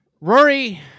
Rory